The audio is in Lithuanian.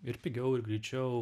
ir pigiau ir greičiau